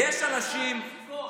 אנחנו חוזרים לסטטוס קוו.